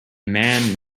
man